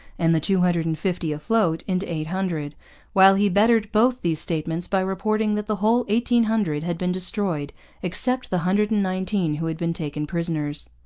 and the two hundred and fifty afloat into eight hundred while he bettered both these statements by reporting that the whole eighteen hundred had been destroyed except the hundred and nineteen who had been taken prisoners.